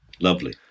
lovely